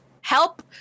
help